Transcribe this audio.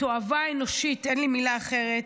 תועבה אנושית, אין לי מילה אחרת,